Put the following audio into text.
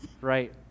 right